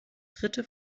dritte